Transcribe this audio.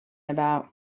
about